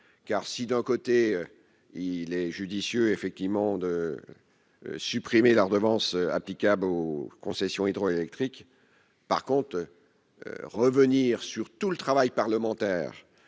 car si d'un côté, il est judicieux, effectivement, de supprimer la redevance applicable aux concessions hydroélectriques par compte revenir sur tout le travail parlementaire